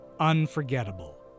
unforgettable